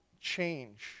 change